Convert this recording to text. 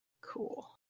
Cool